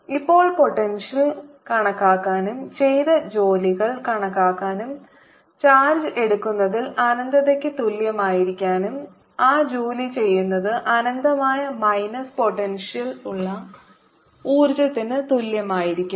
ഇപ്പോൾ പോട്ടെൻഷ്യൽ കണക്കാക്കാനും ചെയ്ത ജോലികൾ കണക്കാക്കാനും ചാർജ് എടുക്കുന്നതിൽ അനന്തതയ്ക്ക് തുല്യമായിരിക്കാനും ആ ജോലി ചെയ്യുന്നത് അനന്തമായ മൈനസ് പോട്ടെൻഷ്യൽ യുള്ള ഊർജ്ജത്തിന് തുല്യമായിരിക്കും